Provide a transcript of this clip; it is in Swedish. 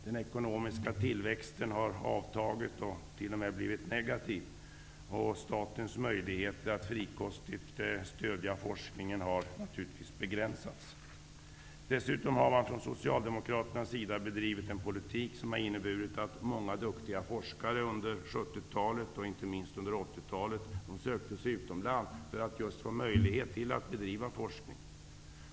Den ekonomiska tillväxten har avtagit och t.o.m. blivit negativ. Statens möjligheter att frikostigt stödja forskningen har naturligtvis begränsats. Dessutom har Socialdemokraterna bedrivit en politik som har inneburit att många duktiga forskare under 70-talet och inte minst under 80 talet, sökte sig utomlands för att få möjlighet att bedriva forskning.